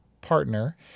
partner